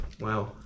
Wow